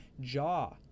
jaw